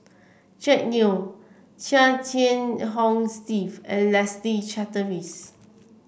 Jack Neo Chia Jiah Hong Steve and Leslie Charteris